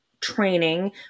training